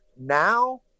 Now